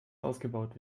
ausgebaut